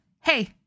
hey